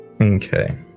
Okay